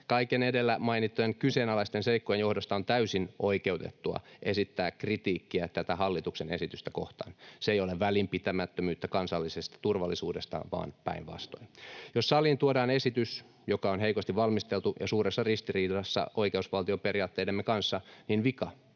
Kaikkien edellä mainittujen kyseenalaisten seikkojen johdosta on täysin oikeutettua esittää kritiikkiä tätä hallituksen esitystä kohtaan. Se ei ole välinpitämättömyyttä kansallisesta turvallisuudesta vaan päinvastoin. Jos saliin tuodaan esitys, joka on heikosti valmisteltu ja suuressa ristiriidassa oikeusvaltioperiaatteidemme kanssa, niin vika